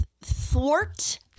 thwart